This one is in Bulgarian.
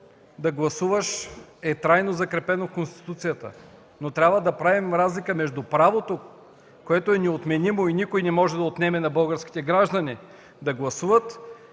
да гласуваш е трайно закрепено в Конституцията, но трябва да правим разлика между правото, което е неотменимо и никой не може да отнеме на българските граждани да гласуват